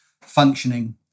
functioning